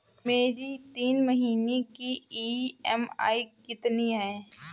मेरी तीन महीने की ईएमआई कितनी है?